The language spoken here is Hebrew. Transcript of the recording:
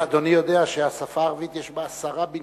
אדוני יודע שהשפה הערבית, יש בה עשרה בניינים,